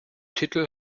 titel